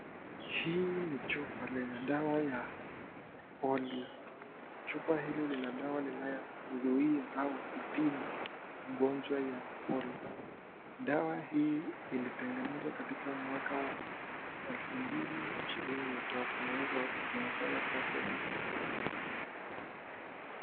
Hii ni chupa yenye dawa ya polio, chupa hili Lina dawa linalozuia au kutibu ugonjwa ya polio, dawa hii ilitengenezwa katika mwaka wa elfu mbili ishirini na tatu kwa hivyo linafanya kazi hadi.